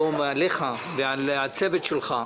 עליך ועל הצוות שלך,